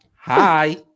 Hi